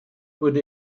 wurde